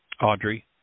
Audrey